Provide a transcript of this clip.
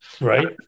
Right